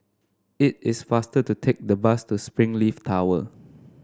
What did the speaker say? it is faster to take the bus to Springleaf Tower